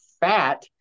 fat